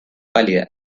pálida